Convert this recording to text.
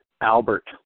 Albert